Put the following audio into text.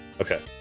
Okay